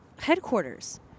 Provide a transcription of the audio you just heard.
headquarters